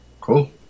Cool